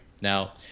now